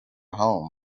home